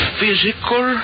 physical